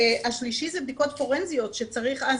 השלישי זה בדיקות פורנזיות שצריך אז